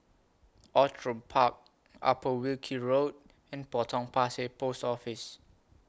Outram Park Upper Wilkie Road and Potong Pasir Post Office